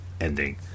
ending